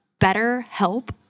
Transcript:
BetterHelp